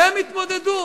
והם יתמודדו.